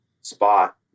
spot